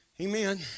amen